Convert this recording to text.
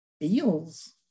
feels